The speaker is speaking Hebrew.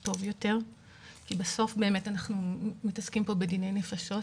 זה טוב יותר כי בסוף אנחנו מתעסקים פה בדיני נפשות,